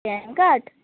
PAN card